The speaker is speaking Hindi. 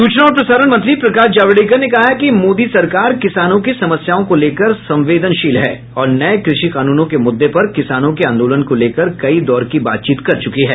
सूचना और प्रसारण मंत्री प्रकाश जावड़ेकर ने कहा है कि मोदी सरकार किसानों की समस्याओं को लेकर संवेदनशील है और नए कृषि कानूनों के मुद्दे पर किसानों के आंदोलन को लेकर कई दौर की बातचीत कर चुकी है